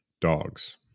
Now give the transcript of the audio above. dogs